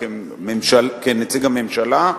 כנציג הממשלה,